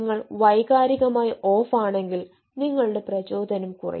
നിങ്ങൾ വൈകാരികമായി ഓഫാണെങ്കിൽ നിങ്ങളുടെ പ്രചോദനം കുറയും